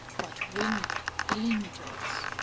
but winged angels,